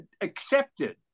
accepted